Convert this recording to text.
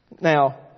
Now